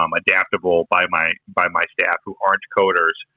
um adaptable by my by my staff, who aren't coders,